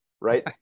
right